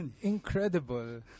incredible